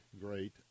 Great